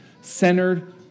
centered